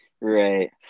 Right